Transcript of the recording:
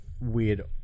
weird